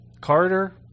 Carter